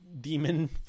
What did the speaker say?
demon